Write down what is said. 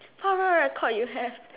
oh right right called you have